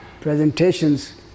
presentations